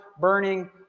burning